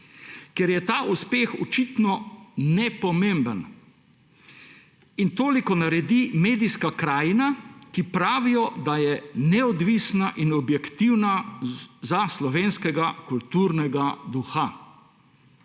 ker je ta uspeh očitno nepomemben. Toliko naredi medijska krajina, za katero pravijo, da je neodvisna in objektivna za slovenskega kulturnega duha